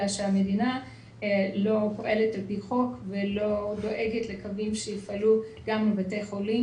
אלא שהמדינה לא פועלת על פי חוק ולא דואגת לקווים שיפעלו גם לבתי חולים.